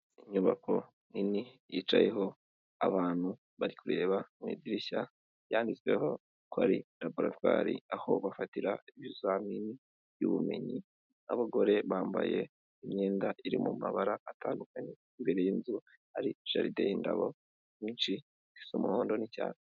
Inyubako nini yicayeho abantu bari kureba mu idirishya, yanditsweho ko ari raboratwari aho bafatira ibizamini by'ubumenyi, abagore bambaye imyenda iri mu mabara atandukanye, imbere y'inzu hari jaride y'indabo nyinshi z'umuhondo n'icyatsi.